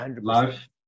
life